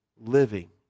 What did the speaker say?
living